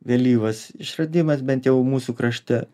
vėlyvas išradimas bent jau mūsų krašte